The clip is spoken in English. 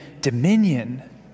dominion